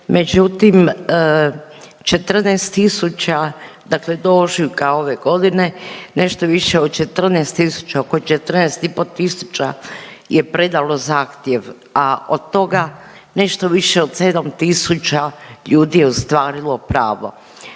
Međutim, 14000, dakle do ožujka ove godine nešto više od 14000 oko 14 i pol tisuća je predalo zahtjev, a od toga nešto više od 7000 ljudi je ostvarilo pravo